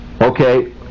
Okay